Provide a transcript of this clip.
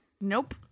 nope